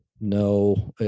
No